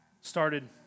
started